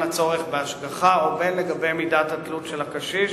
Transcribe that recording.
הצורך בהשגחה או לגבי מידת התלות של הקשיש,